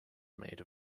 made